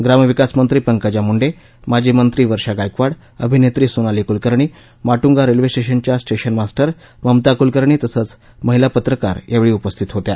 ग्रामविकास मंत्री पंकजा मुंडे माजी मंत्री वर्षा गायकवाड अभिनेत्री सोनाली कुलकर्णी माटुंगा रेल्वे स्टेशनच्या स्टेशन मास्टर ममता कुलकर्णी तसंच महिला पत्रकार यावेळी उपस्थित होत्या